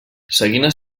seguint